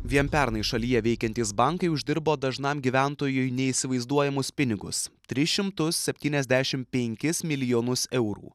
vien pernai šalyje veikiantys bankai uždirbo dažnam gyventojui neįsivaizduojamus pinigus tris šimtus septyniasdešim penkis milijonus eurų